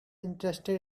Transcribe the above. interested